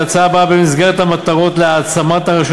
ההצעה באה במסגרת המטרות להעצמת הרשויות